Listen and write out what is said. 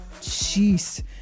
Jeez